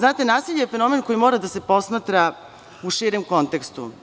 Nasilje je fenomen koji mora da se posmatra u širem kontekstu.